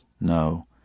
No